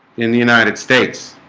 in the united states